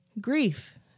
grief